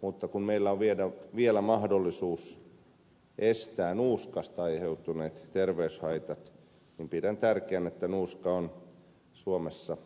mutta kun meillä on vielä mahdollisuus estää nuuskasta aiheutuneet terveyshaitat niin pidän tärkeänä että nuuska on suomessa